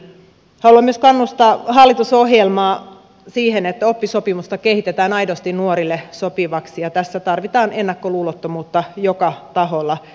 haluan myös kannustaa hallitusohjelman toteuttamisessa siihen että oppisopimusta kehitetään aidosti nuorille sopivaksi ja tässä tarvitaan ennakkoluulottomuutta joka taholla